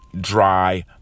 dry